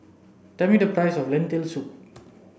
tell me the price of Lentil soup